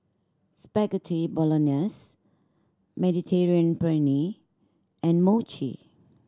Spaghetti Bolognese Mediterranean Penne and Mochi